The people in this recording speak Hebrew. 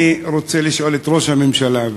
אני רוצה לשאול את ראש הממשלה,